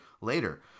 later